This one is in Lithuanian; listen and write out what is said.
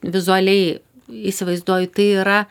vizualiai įsivaizduoju tai yra